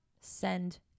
Send